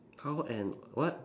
how and what